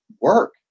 work